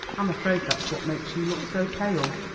i'm afraid that's what makes you look so pale.